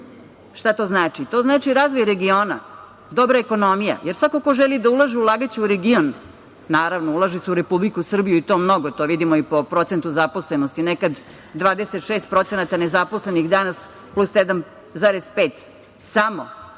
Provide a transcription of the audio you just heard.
Šta to znači? To znači razvoj regiona, dobra ekonomija. Jer svako ko želi da ulaže, ulagaće u region. Naravno, ulaže se u Republiku Srbiju i to mnogo. To vidimo i po procentu zaposlenosti. Nekada 26% nezaposlenih, danas plus 7,5%.